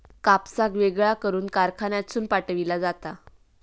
कापसाक वेगळा करून कारखान्यातसून पाठविला जाता